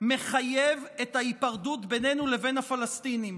מחייב את ההיפרדות בינינו לבין הפלסטינים.